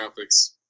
graphics